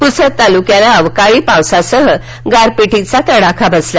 पुसद तालुक्याला अवकाळी पावसासह गारपिटीचा तडाखा बसला